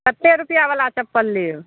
कतेक रुपैआवला चप्पल लेब